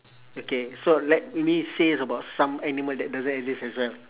okay so let me says about some animal that doesn't exist as well